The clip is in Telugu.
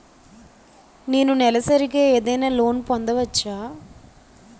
నేను నెలసరిగా ఏదైనా లోన్ పొందవచ్చా?